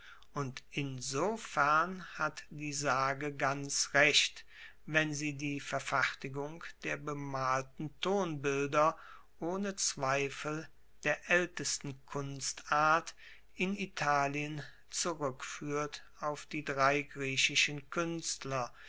und insofern hat die sage ganz recht wenn sie die verfertigung der bemalten tonbilder ohne zweifel der aeltesten kunstart in italien zurueckfuehrt auf die drei griechischen kuenstler